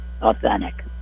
authentic